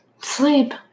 sleep